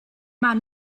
man